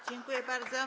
Dziękuję bardzo.